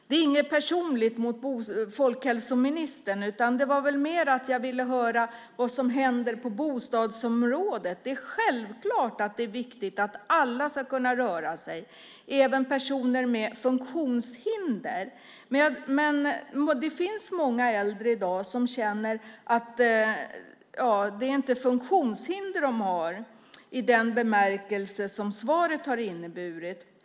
Det är inget personligt mot folkhälsoministern, men jag ville höra vad som händer på bostadsområdet. Det är självklart att det är viktigt att alla ska kunna röra sig, även personer med funktionshinder, men det finns många äldre i dag som inte har funktionshinder i den bemärkelse som avses i svaret.